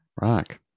Rock